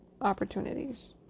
opportunities